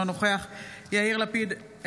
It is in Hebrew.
אינו נוכח יאיר לפיד,